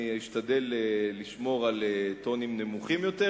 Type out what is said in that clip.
אני אשתדל לשמור על טונים נמוכים יותר,